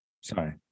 Sorry